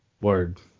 Word